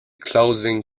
closing